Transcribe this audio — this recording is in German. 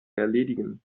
erledigen